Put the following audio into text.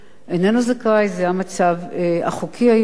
איננו זכאי, זה המצב החוקי היום,